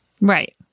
Right